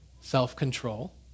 self-control